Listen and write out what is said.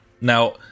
Now